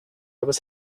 was